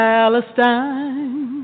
Palestine